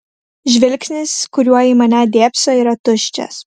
žvilgsnis kuriuo į mane dėbso yra tuščias